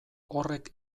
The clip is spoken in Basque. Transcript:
horrek